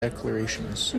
declarations